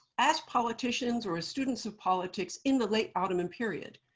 as politicians, or as students of politics, in the late ottoman period.